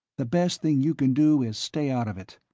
the best thing you can do is stay out of it.